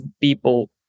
people